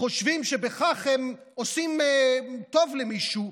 חושבים שבכך הם עושים טוב למישהו.